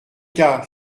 cas